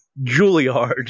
Juilliard